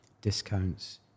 discounts